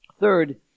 Third